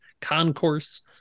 concourse